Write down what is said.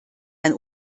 ein